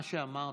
מה שאמרתי,